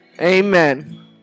amen